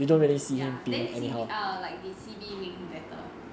um ya then C_B err like did C_B make him better